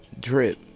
drip